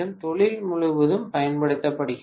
தொழில் முழுவதும் பயன்படுத்தப்படுகிறது